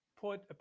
put